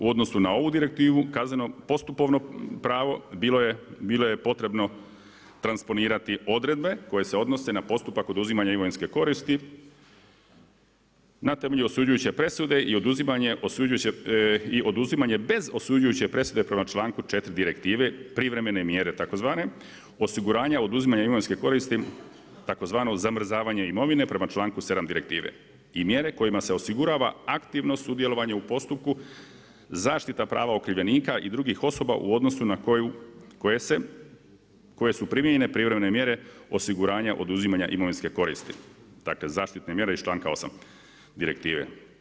U odnosu na ovu direktivu, kazneno postupovno pravo bilo je potrebno transponirati odredbe, koje se odnosi na postupak oduzimanja imovinske koristi na temelju osuđujuće presude i oduzimanje bez osuđujuće presude prema članku 4. direktive, privremene mjere tzv., osiguranja oduzimanja imovinske koristi tzv. zamrzavanja imovine prema članku 7. direktive i mjere kojima se osigurava aktivno sudjelovanje u postupku zaštite prava okrivljenika i drugih osoba u odnosu na koje su primjenjene privremene mjere osiguranja oduzimanja imovinske koristi, dakle zaštitne mjere iz članka 8. direktive.